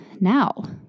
now